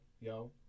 yo